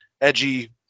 edgy